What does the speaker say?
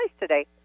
today